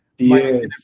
yes